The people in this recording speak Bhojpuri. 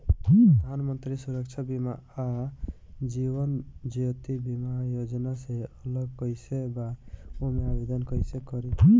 प्रधानमंत्री सुरक्षा बीमा आ जीवन ज्योति बीमा योजना से अलग कईसे बा ओमे आवदेन कईसे करी?